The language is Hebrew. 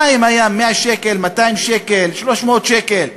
המים עלו 100, 200, 300 שקלים.